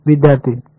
विद्यार्थी आहे का